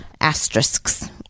asterisks